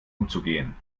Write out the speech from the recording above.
umzugehen